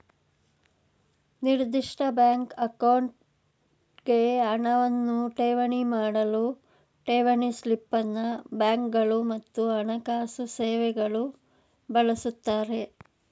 ನಿರ್ದಿಷ್ಟ ಬ್ಯಾಂಕ್ ಅಕೌಂಟ್ಗೆ ಹಣವನ್ನ ಠೇವಣಿ ಮಾಡಲು ಠೇವಣಿ ಸ್ಲಿಪ್ ಅನ್ನ ಬ್ಯಾಂಕ್ಗಳು ಮತ್ತು ಹಣಕಾಸು ಸೇವೆಗಳು ಬಳಸುತ್ತಾರೆ